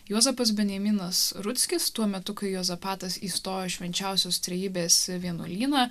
juozapas benjaminas rutskis tuo metu kai juozapatas įstojo į švenčiausios trejybės vienuolyną